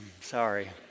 sorry